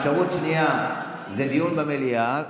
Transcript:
אפשרות שנייה היא דיון במליאה,